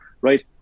right